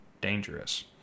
dangerous